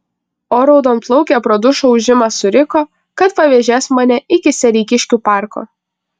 o raudonplaukė pro dušo ūžimą suriko kad pavėžės mane iki sereikiškių parko